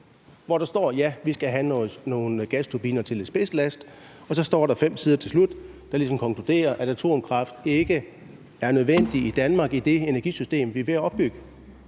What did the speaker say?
hvor der står, at ja, vi skal have nogle gasturbiner til lidt spidslast. Og så er der fem sider til slut, hvor man ligesom konkluderer, at atomkraft ikke er nødvendig i Danmark i det energisystem, vi er ved at opbygge.